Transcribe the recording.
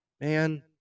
man